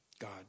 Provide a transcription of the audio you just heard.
God